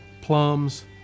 plums